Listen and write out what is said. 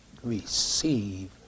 receive